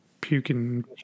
puking